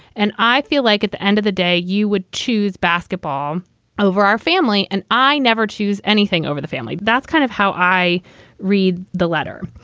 and i feel like at the end of the day, you would choose basketball over our family and i never choose anything over the family. that's kind of how i read the letter.